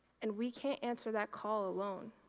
and, we can't answer that call alone.